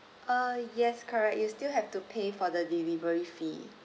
uh yes correct you still have to pay for the delivery fee